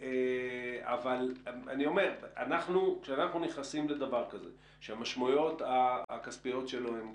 אבל כשאנחנו נכנסים לדבר כזה שהמשמעויות הכספיות שלו הן גדולות,